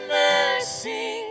mercy